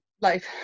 life